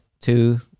two